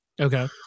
Okay